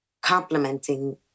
complementing